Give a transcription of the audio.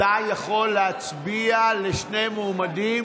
אתה יכול להצביע לשני מועמדים.